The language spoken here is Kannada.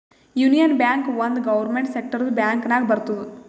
ಯೂನಿಯನ್ ಬ್ಯಾಂಕ್ ಒಂದ್ ಗೌರ್ಮೆಂಟ್ ಸೆಕ್ಟರ್ದು ಬ್ಯಾಂಕ್ ನಾಗ್ ಬರ್ತುದ್